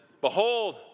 behold